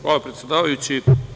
Hvala, predsedavajući.